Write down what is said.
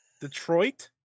detroit